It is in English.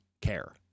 care